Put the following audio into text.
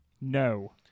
No